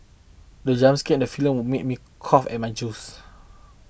the jump scare in the film made me cough out my juice